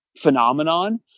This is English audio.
phenomenon